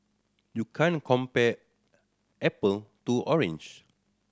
you can't compare apple to orange